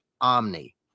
Omni